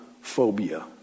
phobia